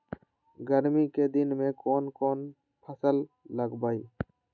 गर्मी के दिन में कौन कौन फसल लगबई?